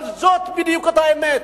אבל זאת בדיוק האמת.